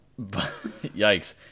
yikes